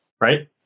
right